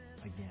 again